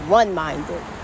one-minded